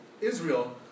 Israel